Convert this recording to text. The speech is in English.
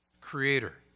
creator